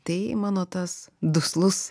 tai mano tas duslus